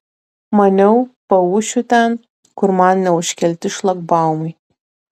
maniau paūšiu ten kur man neužkelti šlagbaumai